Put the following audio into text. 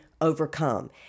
overcome